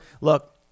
look